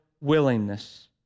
willingness